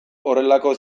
horrelako